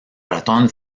ratón